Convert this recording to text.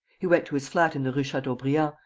he went to his flat in the rue chateaubriand,